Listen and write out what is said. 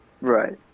Right